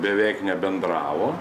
beveik nebendravo